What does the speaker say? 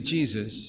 Jesus